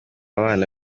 abana